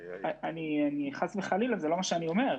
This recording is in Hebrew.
חס וחלילה, זה לא מה שאמרתי.